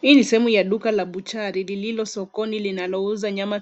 Hii ni sehemu ya duka la buchari, lililo sokoni linalouza nyama